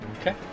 Okay